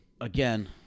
again